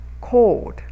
cold